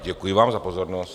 Děkuji vám za pozornost.